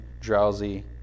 drowsy